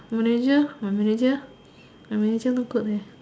Malaysia Malaysia Malaysia not good leh